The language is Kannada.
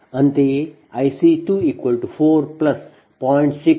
ಅಂತೆಯೇ IC 2 4 0